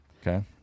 Okay